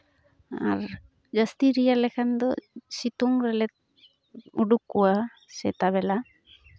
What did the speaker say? ᱟᱨ ᱡᱟᱹᱥᱛᱤ ᱨᱮᱭᱟᱲ ᱞᱮᱠᱷᱟᱱ ᱫᱚ ᱥᱤᱛᱩᱝ ᱨᱮᱞᱮ ᱩᱰᱩᱠ ᱠᱚᱣᱟ ᱥᱮᱛᱟᱜ ᱵᱮᱲᱟ